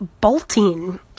bolting